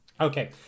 okay